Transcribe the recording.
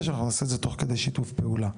שאנחנו נעשה את זה תוך כדי שיתוף פעולה.